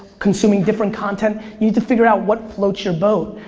consuming different content. you need to figure out what floats your boat,